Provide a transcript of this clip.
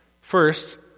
First